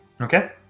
Okay